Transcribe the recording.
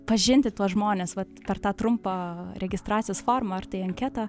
pažinti tuos žmones vat per tą trumpą registracijos formą ar tai anketą